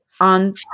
on